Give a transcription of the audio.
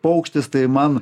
paukštis tai man